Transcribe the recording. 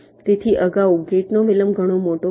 તેથી અગાઉ ગેટનો વિલંબ ઘણો મોટો હતો